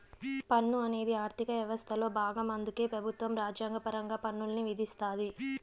పన్ను అనేది ఆర్థిక యవస్థలో బాగం అందుకే పెబుత్వం రాజ్యాంగపరంగా పన్నుల్ని విధిస్తాది